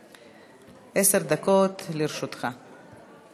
אדוני, עשר דקות לרשותך.